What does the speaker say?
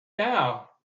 now